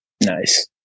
Nice